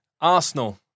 Arsenal